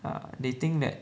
ya they think that